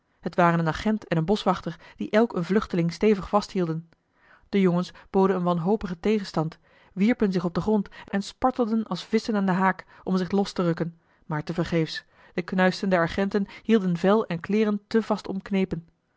het waren een agent en een boschwachter die elk een vluchteling stevig vasthielden de jongens boden een wanhopigen tegenstand wierpen zich op den grond en spartelden als visschen aan den haak om zich los te rukken maar tevergeefs de knuisten der agenten hielden vel en kleeren te